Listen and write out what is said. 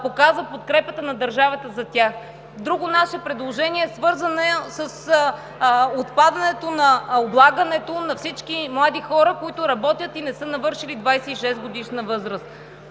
показва подкрепата на държавата за тях. Друго наше предложение е свързано с отпадането на облагането на всички млади хора, които работят и не са навършили 26-годишна възраст.